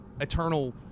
eternal